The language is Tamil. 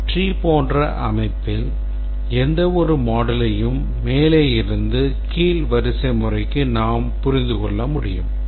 எனவே tree போன்ற அமைப்பில் ஒவ்வொரு moduleயையும் மேலே இருந்து கீழ் வரிசைமுறைக்கு நாம் புரிந்து கொள்ள முடியும்